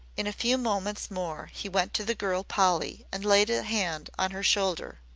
in a few moments more he went to the girl polly and laid a hand on her shoulder.